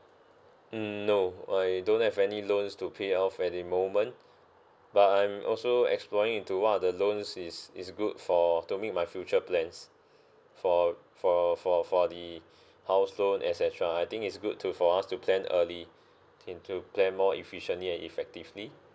mm no I don't have any loans to pay off at the moment but I'm also exploring into what are the loans is is good for to make my future plans for for for for the house loan et cetera I think it's good to for us to plan early and to plan more efficiently and effectively